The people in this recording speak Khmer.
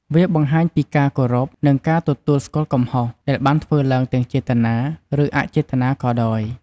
វាបង្ហាញពីការគោរព និងការទទួលស្គាល់កំហុស ដែលបានធ្វើឡើងទាំងចេតនា ឬ អចេតនាក៏ដោយ។